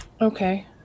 Okay